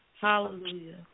Hallelujah